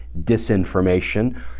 disinformation